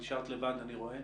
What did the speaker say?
נשארת לבד אני רואה